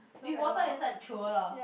with water inside chioer lah